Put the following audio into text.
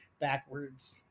backwards